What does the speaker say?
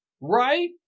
Right